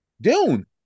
Dune